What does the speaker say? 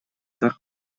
так